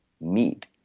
meet